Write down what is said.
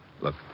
Look